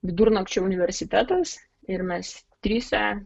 vidurnakčio universitetas ir mes trise